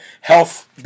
health